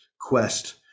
quest